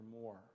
more